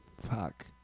fuck